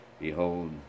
Behold